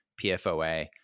PFOA